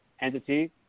entity